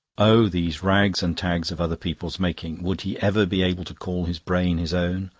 oh, these rags and tags of other people's making! would he ever be able to call his brain his own?